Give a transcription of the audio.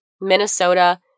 Minnesota